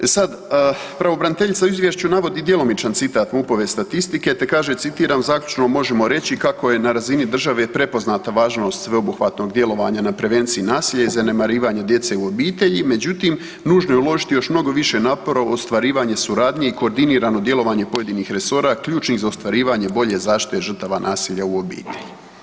E sad, pravobraniteljica u izvješću navodi djelomičan citat MUP-ove statistike, te kaže citiram zaključno možemo reći kako je na razini države prepoznata važnost sveobuhvatnog djelovanja na prevenciji nasilja i zanemarivanje djece u obitelji međutim nužno je uložiti još mnogo više napora u ostvarivanje suradnje i koordinirano djelovanje pojedinih resora ključnih za ostvarivanje bolje zaštite žrtava nasilja u obitelji.